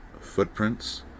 footprints